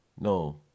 No